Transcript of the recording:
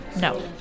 No